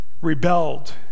rebelled